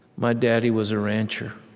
my daddy was a rancher.